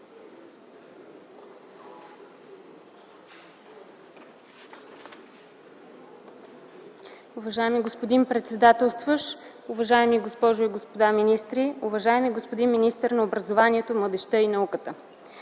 Уважаеми господин председателстващ, уважаеми госпожи и господа министри! Уважаеми господин министър на образованието, младежта и науката,